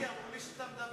נכנסתי, אמרו לי שאתה מדבר.